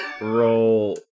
roll